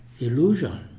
illusion